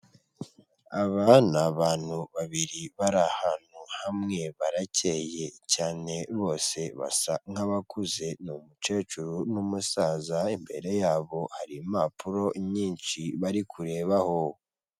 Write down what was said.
Aba n'abantu babiri bari ahantu hamwe barakeye cyane bose basa nk'abakuze, n'umukecuru n'umusaza imbere yabo hari impapuro nyinshi bari kureba aho.